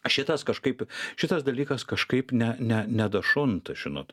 šitas kažkaip šitas dalykas kažkaip ne ne nedašunta žinot